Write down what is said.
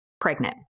pregnant